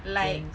yes